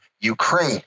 Ukraine